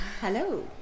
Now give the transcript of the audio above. Hello